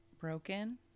broken